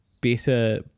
better